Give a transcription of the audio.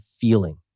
feeling